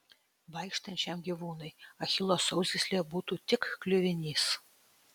vaikštančiam gyvūnui achilo sausgyslė būtų tik kliuvinys